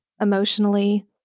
emotionally